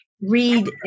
read